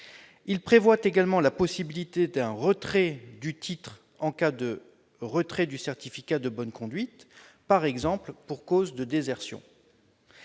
Il prévoit également la possibilité d'un retrait du titre en cas de retrait du certificat de bonne conduite, par exemple pour cause de désertion.